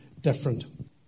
different